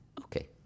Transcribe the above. okay